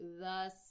thus